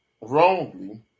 wrongly